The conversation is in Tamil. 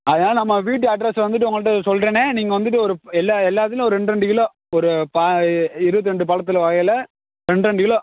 அதனால் நம்ம வீட்டு அட்ரஸ்ஸை வந்துட்டு உங்கள்கிட்ட சொல்கிறேண்ணே நீங்கள் வந்துட்டு ஒரு எல்லா எல்லாத்துலேயும் ஒரு ரெண்டு ரெண்டு கிலோ ஒரு பா இருபத்தி ரெண்டு பழத்துல வகையில் ரெண்டு ரெண்டு கிலோ